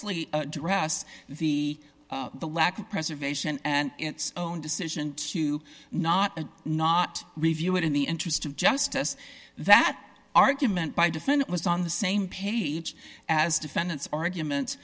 express lee address the the lack of preservation and its own decision to not a not review it in the interest of justice that argument by defendant was on the same page as defendants arguments